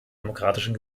demokratischen